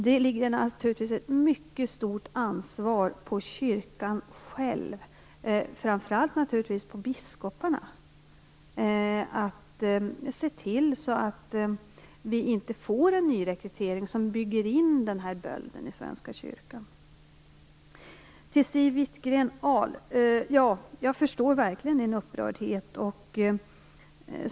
Det ligger naturligtvis ett mycket stort ansvar på kyrkan själv, framför allt naturligtvis på biskoparna, för att se till att det inte blir en nyrekrytering som bygger in den här bölden i Jag förstår verkligen Siw Wittgren-Ahls upprördhet.